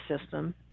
system